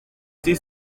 été